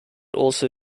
also